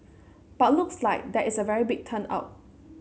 but looks like there is a very big turn out